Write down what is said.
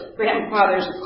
grandfather's